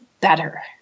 better